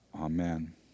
Amen